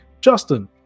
Justin